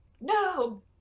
No